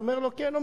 הוא אומר לו: כן.